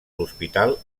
l’hospital